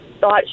thought